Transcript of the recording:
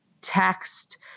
text